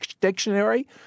dictionary